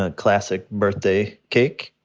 ah classic birthday cake.